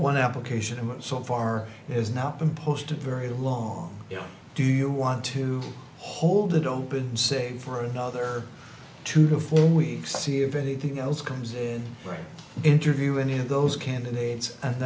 one application a month so far has not been posted very long do you want to hold it open say for another two to four weeks see if anything else comes in write interview any of those candidates and